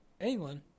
England